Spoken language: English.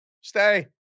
stay